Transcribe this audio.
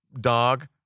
dog